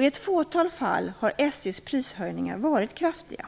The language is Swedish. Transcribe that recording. I ett fåtal fall har SJ:s prishöjningar varit kraftiga.